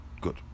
good